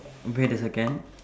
wait a second